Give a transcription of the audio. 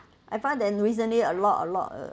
I found that recently a lot a lot a